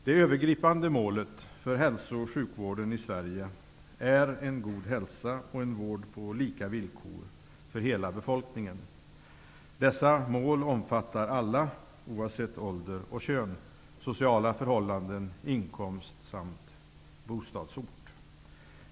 Det övergripande målet för hälsooch sjukvården i Sverige är en god hälsa och en vård på lika villkor för hela befolkningen. Dessa mål omfattar alla, oavsett ålder och kön, sociala förhållanden, inkomst samt bostadsort.